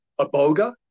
aboga